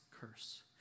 curse